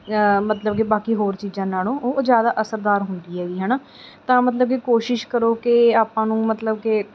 ਮਤਲਬ ਕਿ ਬਾਕੀ ਹੋਰ ਚੀਜ਼ਾਂ ਨਾਲੋਂ ਉਹ ਜ਼ਿਆਦਾ ਅਸਰਦਾਰ ਹੁੰਦੀ ਹੈਗੀ ਹੈ ਨਾ ਤਾਂ ਮਤਲਬ ਕਿ ਕੋਸ਼ਿਸ਼ ਕਰੋ ਕਿ ਆਪਾਂ ਨੂੰ ਮਤਲਬ ਕਿ